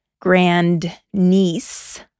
grandniece